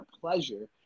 pleasure